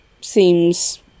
seems